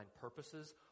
purposes